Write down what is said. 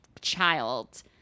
child